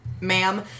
ma'am